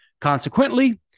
Consequently